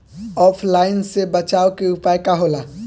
ऑफलाइनसे बचाव के उपाय का होला?